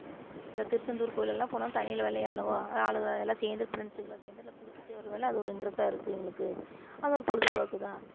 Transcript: இந்த திருச்செந்தூர் கோவிலெல்லாம் போனால் தண்ணியில் விளையாடுவோம் ஆளுகள் எல்லாம் சேர்ந்து ஃப்ரெண்ட்ஸுங்களோடு சேர்ந்து அதில் குளிச்சுட்டு வருவோம் அது ஒரு இன்ட்ரஸ்ஸா இருக்கும் எங்களுக்கு அது பொழுதுப்போக்குதான்